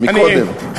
קודם לכן.